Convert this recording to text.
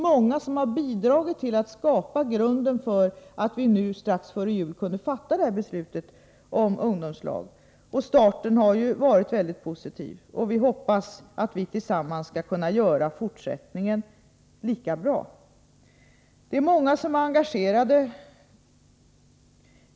Många har bidragit till att skapa grunden för att vi strax före jul kunde fatta detta beslut om ungdomslag. Starten har varit väldigt positiv. Jag hoppas att vi tillsammans skall kunna göra fortsättningen lika bra. Många är engagerade.